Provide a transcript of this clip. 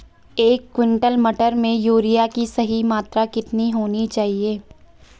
एक क्विंटल मटर में यूरिया की सही मात्रा कितनी होनी चाहिए?